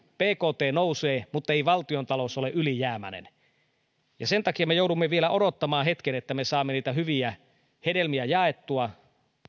bkt nousee muttei valtiontalous ole ylijäämäinen sen takia me joudumme vielä odottamaan hetken että me saamme niitä hyviä hedelmiä jaettua